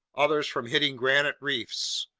others from hitting granite reefs.